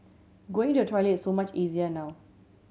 going to the toilet so much easier now